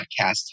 podcast